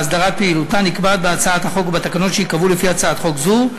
והסדרת פעילותה נקבעת בהצעת החוק ובתקנון שייקבעו לפי הצעת חוק זו.